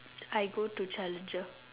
I go to Challenger